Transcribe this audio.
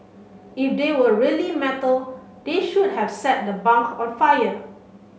if they were really metal they should have set the bunk on fire